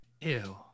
Ew